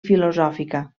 filosòfica